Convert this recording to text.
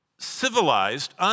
Civilized